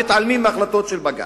מתעלמים מההחלטות של בג"ץ.